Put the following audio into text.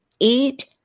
eight